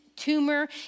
tumor